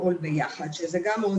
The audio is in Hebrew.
אני מעריכה